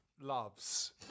loves